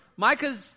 Micah's